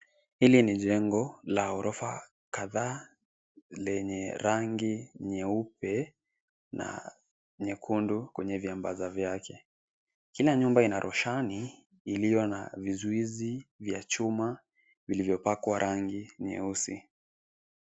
Hili ni jengo la ghorofa kadhaa lenye rangi nyeupe na nyekundu kwenye viambaza vyake. Kila nyumba ina roshani iliyo na vizuizi vya chuma vilivyopakwa rangi nyeusi.